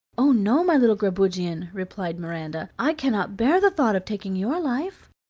no, no, my little grabugeon, replied miranda, i cannot bear the thought of taking your life.